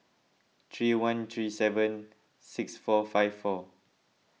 three one three seven six four five four